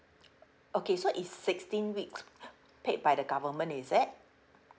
okay so it's sixteen weeks paid by the government is it